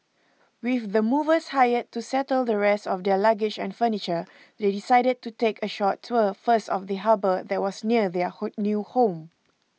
with the movers hired to settle the rest of their luggage and furniture they decided to take a short tour first of the harbour that was near their whole new home